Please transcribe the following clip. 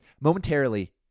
Momentarily